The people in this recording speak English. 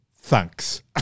thanks